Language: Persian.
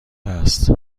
است